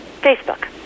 Facebook